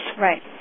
Right